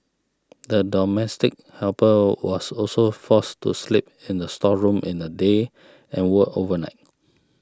the domestic helper was also forced to sleep in the storeroom in the day and worked overnight